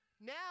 Now